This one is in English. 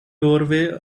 doorway